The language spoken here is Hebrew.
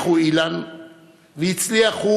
הצליח אילן,